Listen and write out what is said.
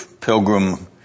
pilgrim